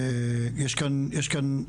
יש כאן,